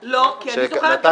לא, כי אני זוכרת.